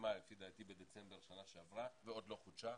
שהסתיימה לפי דעתי בדצמבר שנה שעברה ועוד לא חודשה.